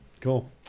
Cool